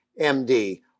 MD